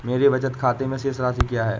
मेरे बचत खाते में शेष राशि क्या है?